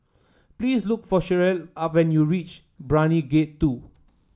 please look for Cherelle are when you reach Brani Gate Two